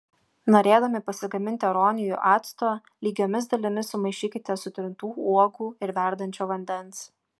norėdami pasigaminti aronijų acto lygiomis dalimis sumaišykite sutrintų uogų ir verdančio vandens